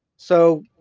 so,